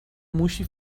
موشی